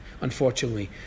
unfortunately